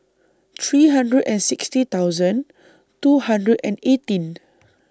three hundred and sixty thousand two hundred and eighteen